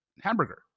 hamburger